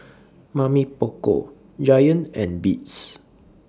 Mamy Poko Giant and Beats